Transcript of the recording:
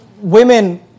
women